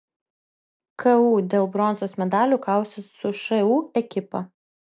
ku dėl bronzos medalių kausis su šu ekipa